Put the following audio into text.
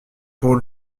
pour